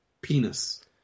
penis